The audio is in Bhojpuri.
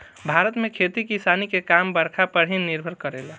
भारत में खेती किसानी के काम बरखा पर ही निर्भर करेला